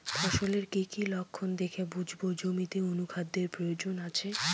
ফসলের কি কি লক্ষণ দেখে বুঝব জমিতে অনুখাদ্যের প্রয়োজন আছে?